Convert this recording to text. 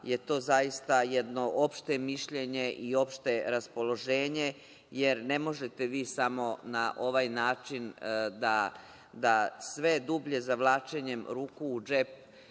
je to zaista jedno opšte mišljenje i opšte raspoloženje. Jer ne možete vi samo na ovaj način da sve dublje zavlačenjem ruku u džep